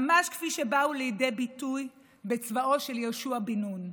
ממש כפי שבאו לידי ביטוי בצבאו של יהושע בן נון.